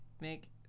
make